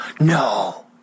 No